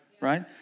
right